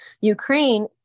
Ukraine